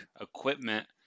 equipment